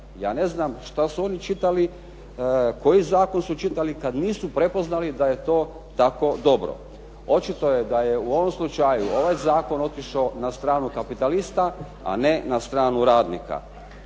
Ja ne znam šta su oni čitali i koji Zakon su čitali kada nisu prepoznali da je to tako dobro. Očito je da je u ovom slučaju ovaj Zakon otišao na stranu kapitalista, a ne na stranu radnika.